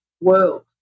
world